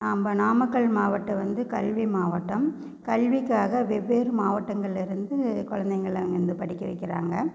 நாம் நாமக்கல் மாவட்டம் வந்து கல்வி மாவட்டம் கல்விக்காக வெவ்வேறு மாவட்டங்களில் இருந்து குழந்தைங்கள வந்து படிக்க வைக்கிறாங்க